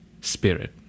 spirit